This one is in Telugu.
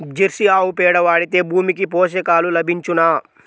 జెర్సీ ఆవు పేడ వాడితే భూమికి పోషకాలు లభించునా?